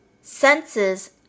senses